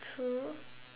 true